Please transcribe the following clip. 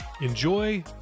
Enjoy